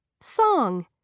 Song